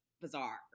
bizarre